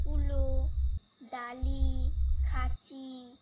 কুলো ডালি খাচি